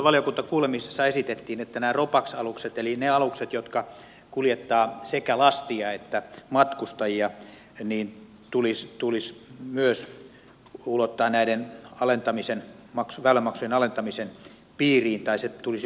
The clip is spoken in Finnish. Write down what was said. tuossa valiokuntakuulemisessa esitettiin että myös nämä ropax alukset eli ne alukset jotka kuljettavat sekä lastia että matkustajia tulisi ulottaa näiden väylämaksujen alentamisen piiriin tai sen tulisi olla isompi